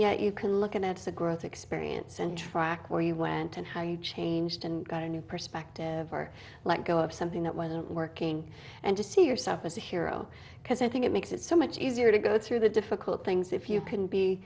yet you can look at the growth experience and track where you went and how you changed and got a new perspective or let go of something that wasn't working and to see yourself as a hero because i think it makes it so much easier to go through the difficult things if you c